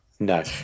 no